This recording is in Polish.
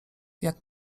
jak